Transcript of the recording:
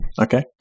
Okay